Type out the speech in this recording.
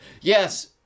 yes